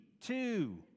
two